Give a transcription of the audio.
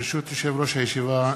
ברשות יושב-ראש הישיבה,